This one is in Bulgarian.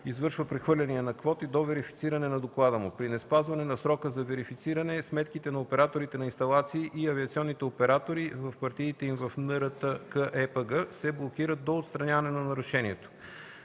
извършва прехвърляния на квоти до верифициране на доклада му. При неспазване на срока за верифициране сметките на операторите на инсталации и авиационните оператори в партидите им в НРТКЕПГ се блокират до отстраняване на нарушението.